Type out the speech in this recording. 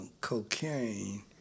cocaine